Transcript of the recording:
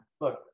look